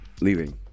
leaving